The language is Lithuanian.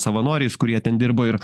savanoriais kurie ten dirbo ir